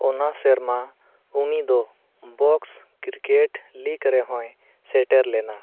ᱚᱱᱟ ᱥᱮᱨᱢᱟ ᱩᱱᱤ ᱫᱚ ᱵᱚᱠᱥ ᱠᱨᱤᱠᱮᱴ ᱞᱤᱜᱽ ᱨᱮᱦᱚᱸᱭ ᱥᱮᱴᱮᱨ ᱞᱮᱱᱟ